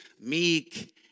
meek